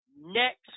next